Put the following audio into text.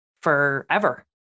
forever